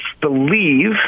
believe